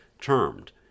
termed